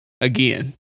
again